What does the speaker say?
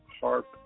Harp